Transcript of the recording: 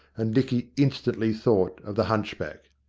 and dicky instantly thought of the hunchback.